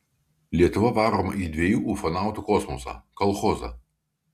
lietuva varoma į dviejų ufonautų kosmosą kolchozą